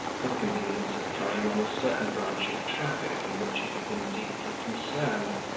for the convenience of carrying on a certain branch of traffic in which he had been deeply concerned.